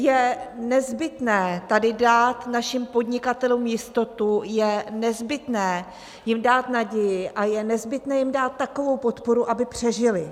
Je nezbytné tady dát našim podnikatelům jistotu, je nezbytné jim dát naději a je nezbytné jim dát takovou podporu, aby přežili.